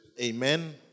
Amen